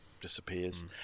disappears